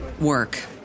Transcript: work